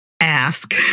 ask